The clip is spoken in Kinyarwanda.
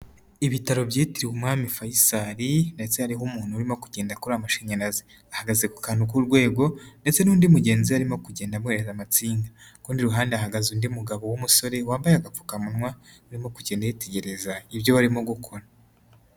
Ibitaro byitiriwe Umwami Faisal ndetse hariho umuntu urimo kugenda akora amashanyarazi. Ahagaze ku kantu k'urwego ndetse n'undi mugenzi arimo kugenda amuhereza amatsinga. Ku rundi ruhande hahagaze undi mugabo w'umusore wambaye agapfukamunwa, urimo kugenda yitegereza ibyo barimo gukora.